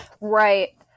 Right